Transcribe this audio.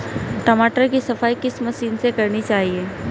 टमाटर की सफाई किस मशीन से करनी चाहिए?